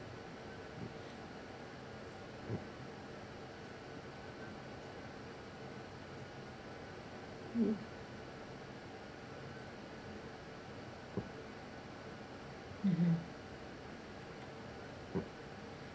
uh mmhmm